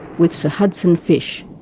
with sir hudson fysh.